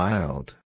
Wild